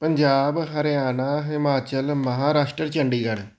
Punjab Haryana Himachal Maharashtra Chandigarh